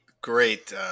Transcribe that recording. great